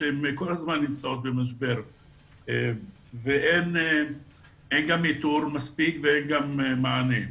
שהן כל הזמן נמצאות במשבר ואין גם איתור מספיק וגם אין מענה.